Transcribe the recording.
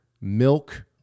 milk